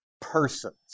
persons